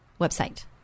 website